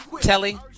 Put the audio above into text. Telly